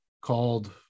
called